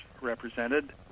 represented